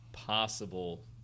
possible